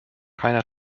keiner